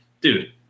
dude